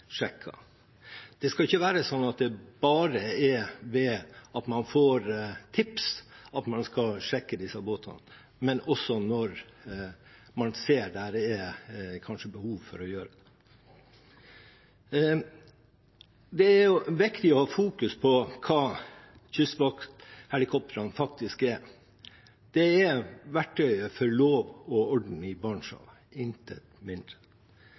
Det skal ikke være sånn at det bare er når man får tips, man skal sjekke disse båtene, men også når man ser at det kanskje er behov for å gjøre det. Det er viktig å fokusere på hva kystvakthelikoptrene faktisk er. Det er verktøyet for lov og orden i Barentshavet – intet mindre.